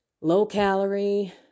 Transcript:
low-calorie